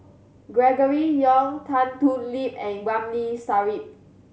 Gregory Yong Tan Thoon Lip and Ramli Sarip